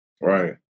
Right